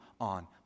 on